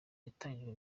yatangijwe